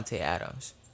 Adams